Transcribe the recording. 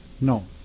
No